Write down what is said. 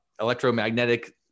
electromagnetic